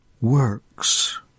Works